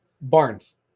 Barnes